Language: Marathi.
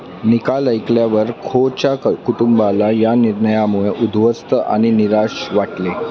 निकाल ऐकल्यावर खोच्या क कुटुंबाला या निर्णयामुळे उध्वस्त आणि निराश वाटले